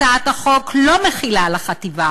הצעת החוק לא מחילה על החטיבה